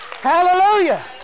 Hallelujah